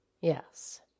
Yes